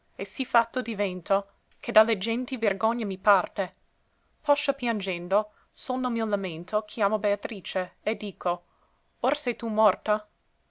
e sì fatto divento che da le genti vergogna mi parte poscia piangendo sol nel mio lamento chiamo beatrice e dico or se tu morta